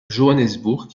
johannesburg